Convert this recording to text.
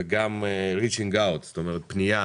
ופנייה